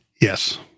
yes